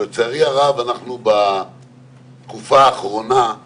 לצערי הרב בתקופה האחרונה אנחנו